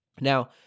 Now